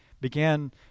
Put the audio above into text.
began